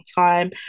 time